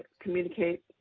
communicate